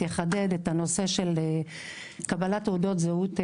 אחדד את נושא קבלת תעודות זהות בנתב"ג.